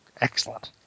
Excellent